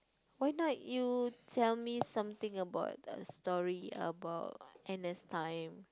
why not you tell me something about the story about N_S time